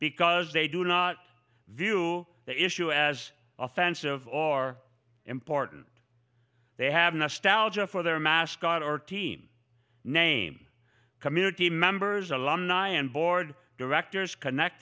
because they do not view the issue as offensive or important they haven't asked algea for their mascot or team name community members alumni and board directors connect